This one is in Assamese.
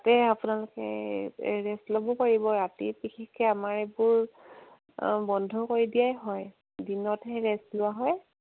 তাতে আপোনালোকে ৰেষ্ট ল'ব পাৰিব ৰাতি বিশেষকৈ আমাৰ এইবোৰ বন্ধ কৰি দিয়াই হয় দিনতহে ৰেষ্ট লোৱা হয়